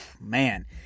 Man